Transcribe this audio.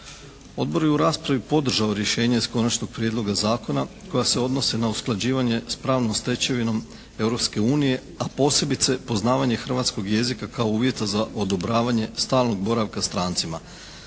Odbor je u raspravi podržao rješenje iz konačnog prijedloga zakona koja se odnose na usklađivanje s pravnom stečevinom Europske unije, a posebice poznavanje hrvatskog jezika kao uvjeta za odobravanje stalnog boravka strancima.